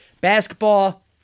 basketball